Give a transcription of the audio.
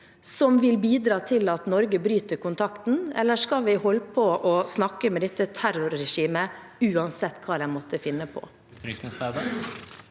som vil bidra til at Norge bryter kontakten, eller skal vi holde på å snakke med dette terrorregimet uansett hva de måtte finne på?